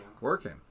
working